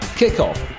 kickoff